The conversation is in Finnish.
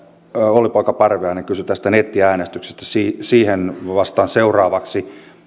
olli poika parviainen kysyi tästä nettiäänestyksestä siihen siihen vastaan seuraavaksi